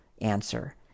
answer